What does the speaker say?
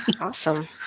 awesome